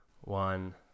one